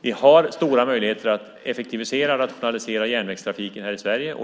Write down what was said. vi har stora möjligheter att effektivisera och rationalisera järnvägstrafiken i Sverige.